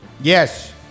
yes